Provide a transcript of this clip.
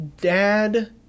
Dad